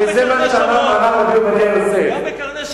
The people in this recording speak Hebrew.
גם בקרני-שומרון יש בנייה.